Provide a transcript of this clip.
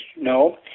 No